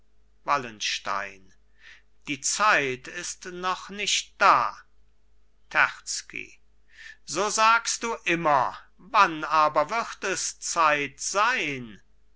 wallenstein die zeit ist noch nicht da terzky so sagst du immer wann aber wird es zeit sein